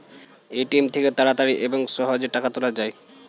ATM থেকে তাড়াতাড়ি এবং সহজে টাকা তোলা যায়